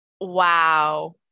wow